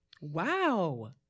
Wow